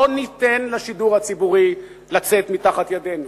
לא ניתן לשידור הציבורי לצאת מתחת ידינו.